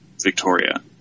Victoria